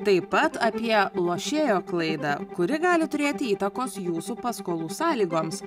taip pat apie lošėjo klaidą kuri gali turėti įtakos jūsų paskolų sąlygoms